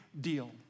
deal